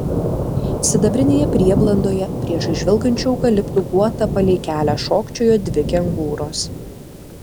sidabrinėje prieblandoje priešais žvilgančių eukaliptų guotą palei kelią šokčiojo dvi kengūros